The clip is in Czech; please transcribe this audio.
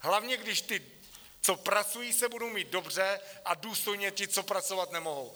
Hlavně když ti, co pracují, se budou mít dobře a důstojně ti, co pracovat nemohou.